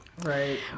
Right